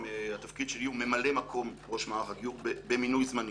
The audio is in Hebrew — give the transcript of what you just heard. התפקיד שלי כרגע הוא ממלא מקום ראש מערך הגיור במינוי זמני